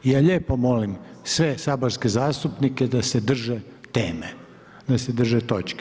Ja lijepo molim sve saborske zastupnike da se drže teme, da se drže točke.